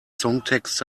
songtext